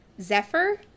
Zephyr